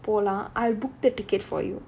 போலாம்:polaam I booked the ticket for you